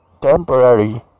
temporary